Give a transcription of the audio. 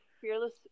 Fearless